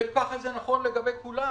וככה זה נכון לגבי כולם.